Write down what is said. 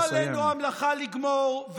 לא עלינו המלאכה לגמור,